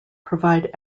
provide